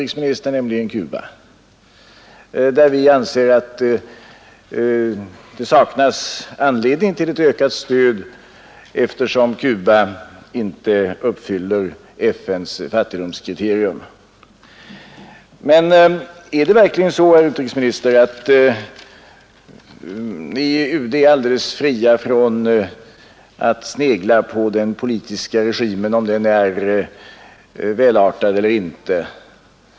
I min reservation har jag anfört att det saknas anledning till ökat stöd åt Cuba, eftersom det landet inte uppfyller FN:s fattigdomskriterium. Men är det verkligen så, herr utrikesminister, att ni i UD är alldeles fria från att snegla på om den politiska regimen är välartad eller inte?